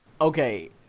Okay